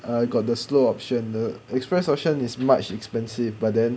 I got the slow option the express option is much expensive but then